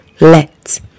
Let